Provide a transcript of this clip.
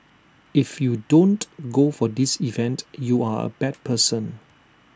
if you don't go for this event you are A bad person